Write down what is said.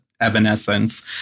Evanescence